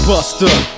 Buster